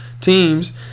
teams